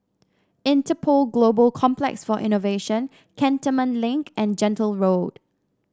Interpol Global Complex for Innovation Cantonment Link and Gentle Road